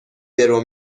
درو